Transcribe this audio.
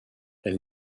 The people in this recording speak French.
elle